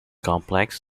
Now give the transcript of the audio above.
complex